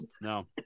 No